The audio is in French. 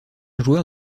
joueur